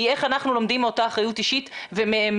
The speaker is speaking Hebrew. היא איך אנחנו לומדים מאותה אחריות אישית ומטייבים